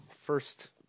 first